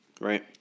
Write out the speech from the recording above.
right